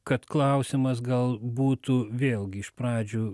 kad klausimas gal būtų vėlgi iš pradžių